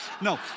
no